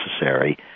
necessary